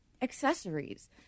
accessories